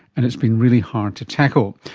and it's been really hard to tackle.